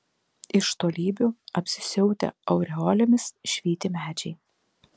iš tolybių apsisiautę aureolėmis švyti medžiai